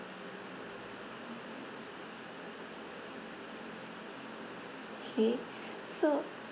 K so